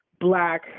black